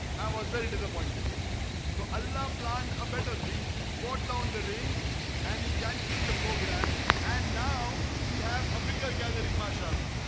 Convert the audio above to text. i was very disappointed so allah planned a better thing he bought down the reins and he cancelled the program and now we have a bigger gallery, masha'allah